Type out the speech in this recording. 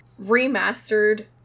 remastered